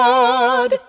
God